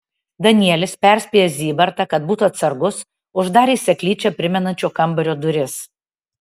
danielis perspėjęs zybartą kad būtų atsargus uždarė seklyčią primenančio kambario duris